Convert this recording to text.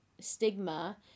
stigma